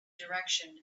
direction